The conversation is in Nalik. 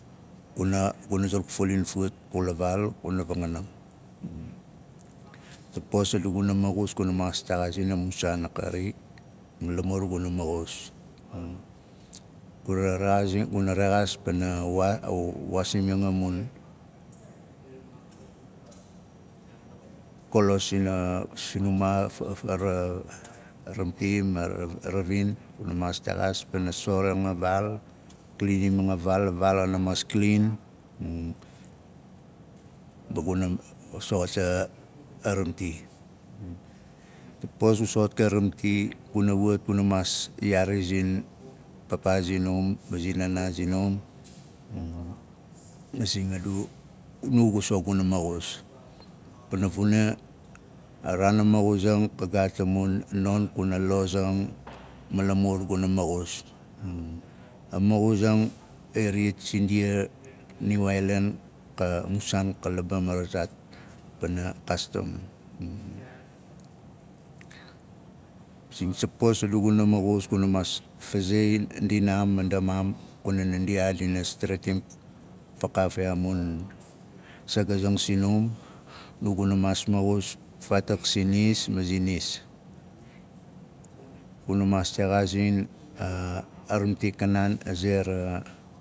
Tapos a du guna soxot guna maxus guna maas texaazing a mun saan a kari mma lamur guna maxus guna maas texaas pana waasang a mun kolos sina sinuma aramti ma ara- ravin guna maastexaas pana sorang a vaal a kliniming a vaal a vaal xana maas klin guna wat guna maas yaari zin papaa zinum ma zin nanaa zinum masing adu gu so guna mzus pana vuna a raan a maxuzang ka gaat amun non kuna lozang ma lamur guna maxus a moxuzang iriyat sindia niu aailan a mu saan ka laba marazaat pana kaastam masing sapos guna maxus kuna naandiaa dina steretim fakaaf yaa a mun sagazang sinum nu guna maas maxus a ramti kanaan a ze ra maani zina